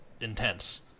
intense